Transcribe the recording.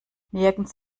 nirgends